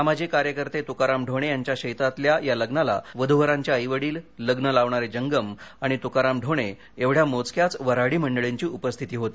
सामाजिक कार्यकर्ते तुकाराम ढोणे यांच्या शेतातल्या या लग्नाला वधू वरांचे आई वडील लग्न लावणारे जंगम आणि तुकाराम ढोणे एवढ़या मोजक्याच वऱ्हाडी मंडळींची उपस्थिती होती